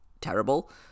terrible